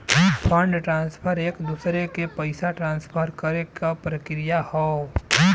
fund transfer एक दूसरे के पइसा ट्रांसफर करे क प्रक्रिया हौ